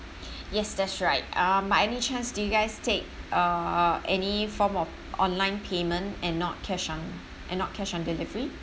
yes that's right uh by any chance do you guys take uh any form of online payment and not cash on and not cash on delivery